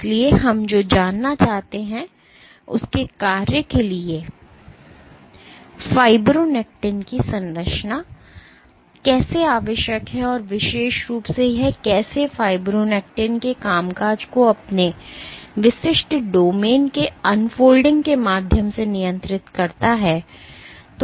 इसलिए हम जो जानना चाहते हैं उसके कार्य के लिए फाइब्रोनेक्टिन की संरचना कैसे आवश्यक है और विशेष रूप से यह कैसे फ़ाइब्रोनेक्टिन के कामकाज को अपने विशिष्ट डोमेन के अनफोल्डिंग के माध्यम से नियंत्रित करता है